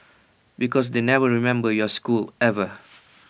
because they never remember your school ever